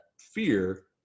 fear